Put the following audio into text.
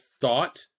thought